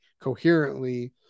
coherently